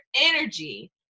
energy